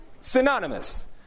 Synonymous